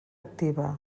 activa